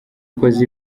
akoze